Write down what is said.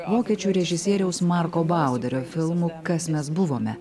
vokiečių režisieriaus marko bauderio filmu kas mes buvome